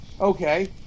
okay